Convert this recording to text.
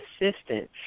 assistance